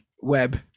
web